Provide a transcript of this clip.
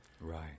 right